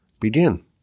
begin